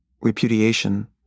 repudiation